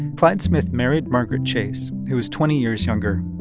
clyde smith married margaret chase, who was twenty years younger,